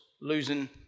losing